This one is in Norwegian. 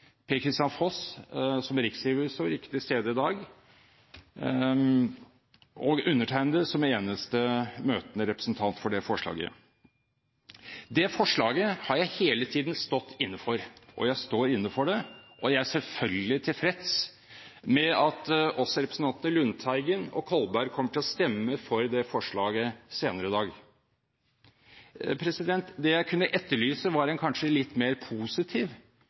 Per-Kristian Foss, som riksrevisor, ikke til stede i dag, og undertegnede, som eneste møtende representant for det forslaget. Det forslaget har jeg hele tiden stått inne for, jeg står inne for det, og jeg er selvfølgelig tilfreds med at også representantene Lundteigen og Kolberg kommer til å stemme for det forslaget senere i dag. Det jeg kunne etterlyse, var en kanskje litt mer positiv